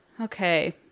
Okay